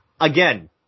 Again